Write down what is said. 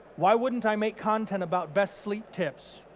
why wouldn't i make content about best sleep tips,